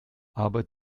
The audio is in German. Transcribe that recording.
aber